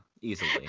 Easily